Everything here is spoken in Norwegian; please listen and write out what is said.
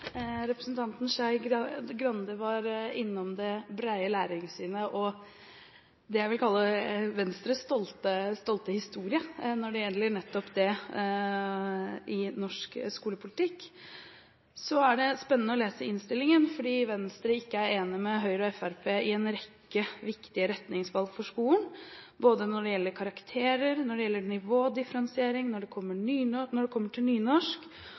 Representanten Skei Grande var innom det brede læringssynet og det jeg vil kalle Venstres stolte historie når det gjelder nettopp det i norsk skolepolitikk. Så er det spennende å lese innstillingen, fordi Venstre ikke er enig med Høyre og Fremskrittspartiet i en rekke viktige retningsvalg for skolen verken når det gjelder karakterer, når det gjelder nivådifferensiering, eller når det kommer til nynorsk. Mitt spørsmål er en oppfølging av representanten Sørensens spørsmål, for det